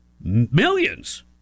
millions